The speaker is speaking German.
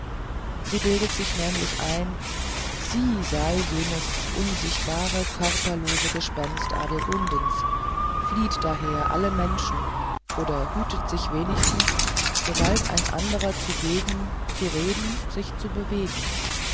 sie bildet sich nämlich ein sie sei jenes unsichtbare körperlose gespenst adelgundens flieht daher alle menschen oder hütet sich wenigstens sobald ein anderer zugegen zu reden sich zu bewegen